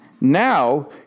now